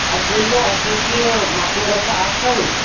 اَسہِ ؤنۍتَو اَسہِ ٲس یہِ مسلہٕ رژھا اَکھ حظ